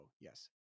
yes